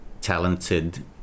talented